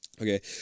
Okay